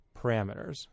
parameters